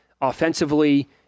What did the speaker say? offensively